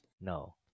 No